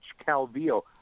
Calvillo